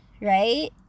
right